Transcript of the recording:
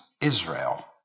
Israel